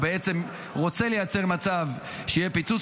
הוא רוצה לייצר מצב שיהיה פיצוץ.